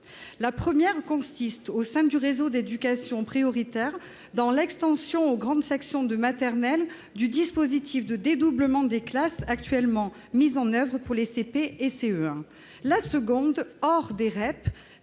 la première consiste au sein du réseau d'éducation prioritaire dans l'extension aux grandes sections de maternelle du dispositif de dédoublement des classes actuellement mis en oeuvre pour les CP et CE1, la seconde, or des REP